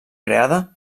creada